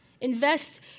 Invest